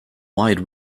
wide